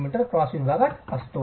5cm cross विभागात असतो